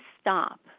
stop